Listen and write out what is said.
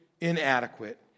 inadequate